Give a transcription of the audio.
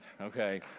okay